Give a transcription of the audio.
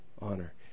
Honor